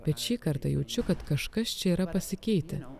bet šį kartą jaučiu kad kažkas čia yra pasikeitę